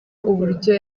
uburyo